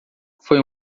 foi